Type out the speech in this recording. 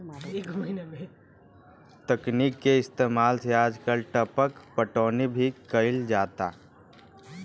तकनीक के इस्तेमाल से आजकल टपक पटौनी भी कईल जाता